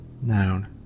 Noun